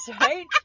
right